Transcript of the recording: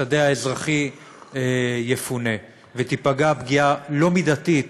השדה האזרחי יפונה, ותהיה פגיעה לא מידתית